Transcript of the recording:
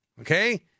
okay